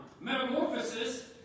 Metamorphosis